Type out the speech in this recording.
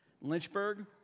Lynchburg